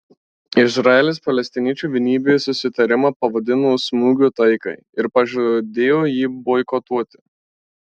izraelis palestiniečių vienybės susitarimą pavadino smūgiu taikai ir pažadėjo jį boikotuoti